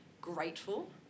grateful